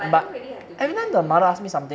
I don't really have to make effort